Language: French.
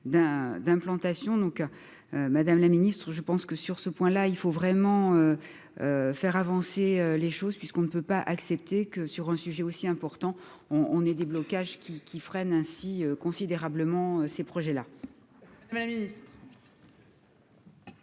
Madame la Ministre, je pense que sur ce point là, il faut vraiment faire avancer les choses puisqu'on ne peut pas accepter que sur un sujet aussi important on on est déblocage qui qui freine ainsi considérablement ces projets là. La ministre.